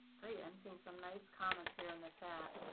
great. i'm seeing some nice comments here in the chat.